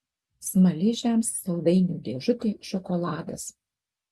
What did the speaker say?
smaližiams saldainių dėžutė šokoladas